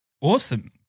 awesome